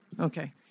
Okay